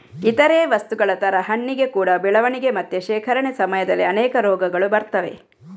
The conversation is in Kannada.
ಇತರೇ ವಸ್ತುಗಳ ತರ ಹಣ್ಣಿಗೆ ಕೂಡಾ ಬೆಳವಣಿಗೆ ಮತ್ತೆ ಶೇಖರಣೆ ಸಮಯದಲ್ಲಿ ಅನೇಕ ರೋಗಗಳು ಬರ್ತವೆ